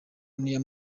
n’iya